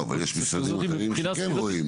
לא, אבל יש משרדים אחרים שכן רואים.